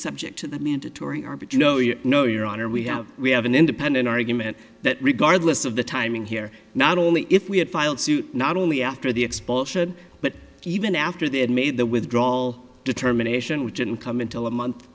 subject to the mandatory r but you know you know your honor we have we have an independent argument that regardless of the timing here not only if we had filed suit not only after the expulsion but even after they had made the withdrawal determination which income until a month